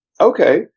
okay